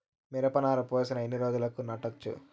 మిరప నారు పోసిన ఎన్ని రోజులకు నాటచ్చు?